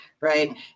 right